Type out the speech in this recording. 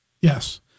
Yes